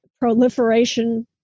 proliferation